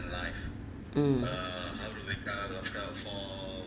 mm